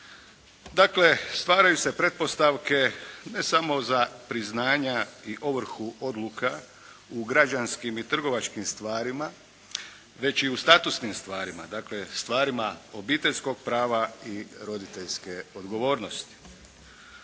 Dakle, stvaraju se pretpostavke, ne samo za priznanja i ovrhu odluka u građanskim i trgovačkim stvarima, već i u statusnim stvarima, dakle stvarima obiteljskog prava i roditeljske odgovornosti.